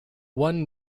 one